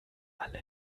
alle